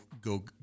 go